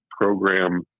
program